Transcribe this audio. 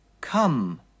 Come